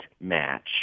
match